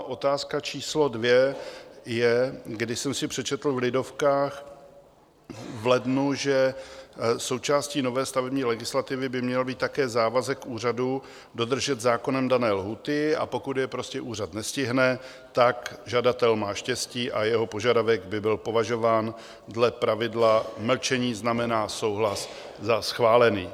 Otázka číslo dvě je: když jsem si přečetl v Lidovkách v lednu, že součástí nové stavební legislativy by měl být také závazek úřadu dodržet zákonem dané lhůty, a pokud je prostě úřad nestihne, tak žadatel má štěstí a jeho požadavek by byl považován dle pravidla mlčení znamená souhlas za schválený.